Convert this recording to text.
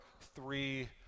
three